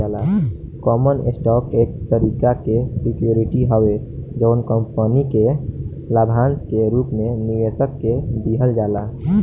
common stock एक तरीका के सिक्योरिटी हवे जवन कंपनी के लाभांश के रूप में निवेशक के दिहल जाला